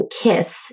KISS